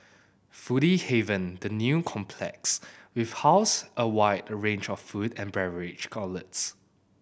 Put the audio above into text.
foodie haven the new complex with house a wide a range of food and beverage outlets